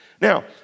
Now